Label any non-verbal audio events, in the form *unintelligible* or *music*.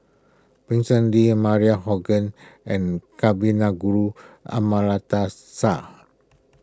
Vincent Lee Maria *unintelligible* and Kavignareru Amallathasan